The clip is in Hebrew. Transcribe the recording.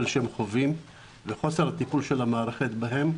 שהם חווים וחוסר הטיפול של המערכת בהם.